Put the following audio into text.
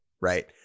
right